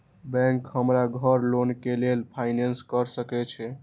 Bank हमरा घर loan के लेल फाईनांस कर सके छे?